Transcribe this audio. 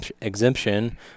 exemption